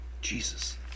Jesus